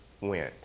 went